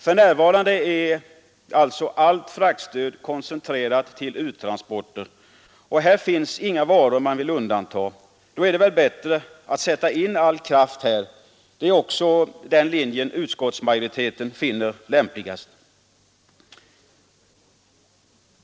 För närvarande är alltså allt fraktstöd koncentrerat till uttransporter, och här finns inga varor som man vill undanta. Då är det väl bättre att sätta in all kraft här; detta är också den linje som utskottsmajoriteten finner lämpligast.